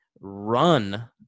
run